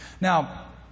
Now